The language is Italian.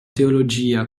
teologia